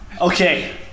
Okay